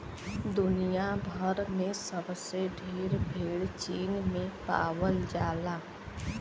दुनिया भर में सबसे ढेर भेड़ चीन में पावल जाला